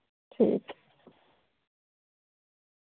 ठीक ऐ